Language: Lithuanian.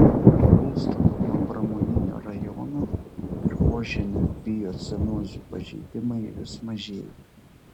tolstant nuo pramoninio rajono dirvožemio biocenozių pažeidimai vis mažėja